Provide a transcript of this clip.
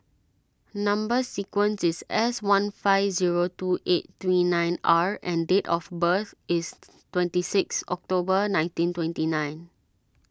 Number Sequence is S one five zero two eight three nine R and date of birth is twenty six October nineteen twenty nine